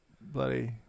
Bloody